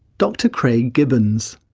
dr craig gibbons.